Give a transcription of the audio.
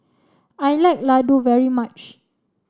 I like Ladoo very much